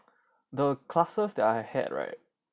the classes that I had right